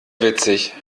witzig